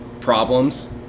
problems